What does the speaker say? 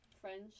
French